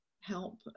help